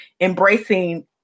embracing